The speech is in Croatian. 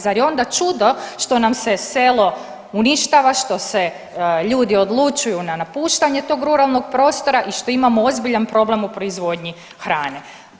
Zar je onda čudno što nam se selo uništava, što se ljudi odlučuju na napuštanje tog ruralnog prostora i što imamo ozbiljan problem u proizvodnji hrane.